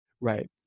Right